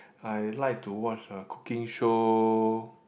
I like to watch uh cooking show